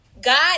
God